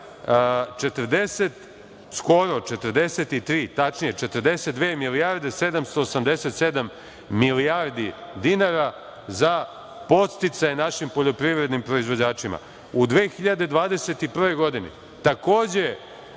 skoro 43, tačnije 42 milijarde 787 miliona dinara za podsticaj našim poljoprivrednim proizvođačima.U 2021. godini, takođe